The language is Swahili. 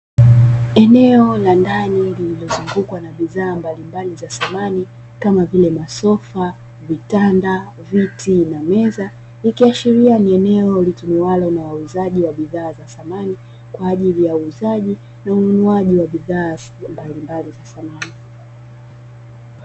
Eneo la ndani lililozungukwa na bidhaa mbalimbali za samani kama vile; masofa, vitanda, viti na meza, ikiashiria ni eneo linalotumiwalo na wauzaji wa bidhaa za samani kwa ajili ya uuzaji na ununuaji wa bidhaa mbalimbali za samani.